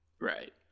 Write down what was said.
Right